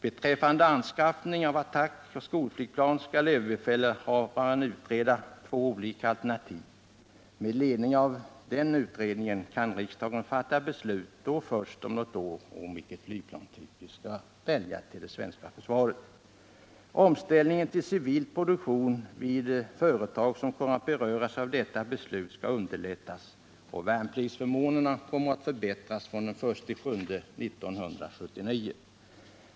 Beträffande anskaffning av attackoch skolflygplan skall överbefälhavaren utreda två olika alternativ. Med ledning av denna utredning kan riksdagen fatta beslut om något år om vilken flygplanstyp vi skall välja för det svenska försvaret. Omställning till civil produktion vid företag som kommer att beröras av detta beslut skall underlättas. Värnpliktsförmånerna förbättras fr.o.m. den 1 juli 1979.